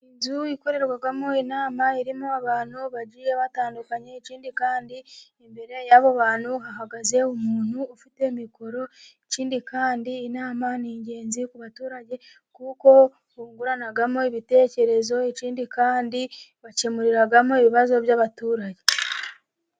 Inzu ikorerwamo inama irimo abantu bagiye batandukanye. Ikindi kandi, imbere y'abantu hahagaze umuntu ufite mikoro. Ikindi kandi, inama ni ingenzi ku baturage, kuko bunguranamo ibitekerezo. Ikindi kandi bakemuriramo ibibazo by'abaturage.